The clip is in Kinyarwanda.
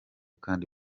kandi